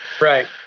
right